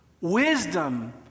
Wisdom